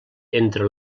entre